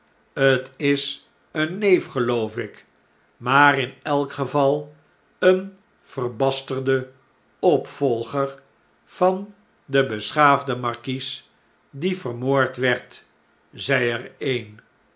t is een neef geloof ik maar in elk geval een verbasterde opvolger van den beschaafden markies die vermoord werd zei er een